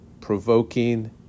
provoking